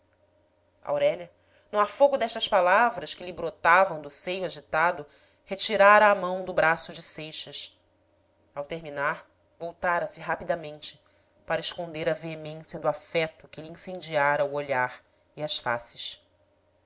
aurélia no afogo destas palavras que lhe brotavam do seio agitado retirara a mão do braço de seixas ao terminar voltara se rapidamente para esconder a veemência do afeto que lhe incendiara o olhar e as faces